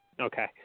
Okay